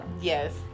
Yes